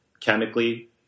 chemically